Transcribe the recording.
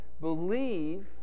believe